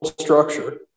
structure